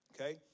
Okay